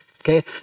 Okay